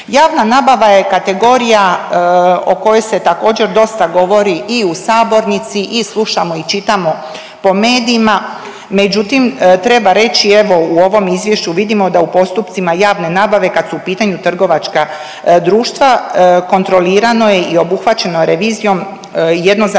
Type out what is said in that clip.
Javna nabava je kategorija o kojoj se također dosta govori i u sabornici i slušamo i čitamo po medijima, međutim treba reći evo u ovom izvješću vidimo da u postupcima javne nabave kad su u pitanju trgovačka društva kontrolirano je i obuhvaćeno revizijom 1,9